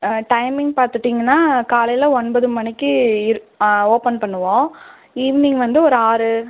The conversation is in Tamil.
டைமிங் பார்த்துட்டிங்கனா காலையில் ஒன்பது மணிக்கு இர் ஓபன் பண்ணுவோம் ஈவினிங் வந்து ஒரு ஆறு